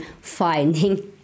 finding